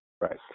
Right